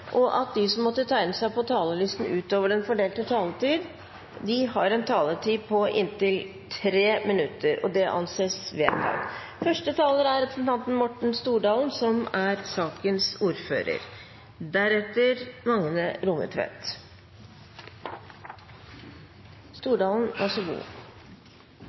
og at de som måtte tegne seg på talerlisten utover den fordelte taletid, får en taletid på inntil 3 minutter. – Det anses vedtatt. Farlige klimaendringer er her allerede. 2015 var det varmeste målte året i vår nære historie, og folk kjenner klimaendringene på kroppen: tørke, som